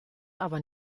aber